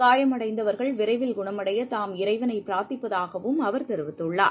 காயமடைந்தவர்கள் விரைவில் குணமடையதாம் இறைவனைபிரார்த்திப்பதாகவும் அவர் தெரிவித்துள்ளார்